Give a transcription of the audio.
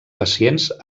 pacients